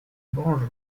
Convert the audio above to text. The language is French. banjo